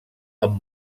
amb